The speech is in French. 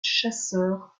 chasseur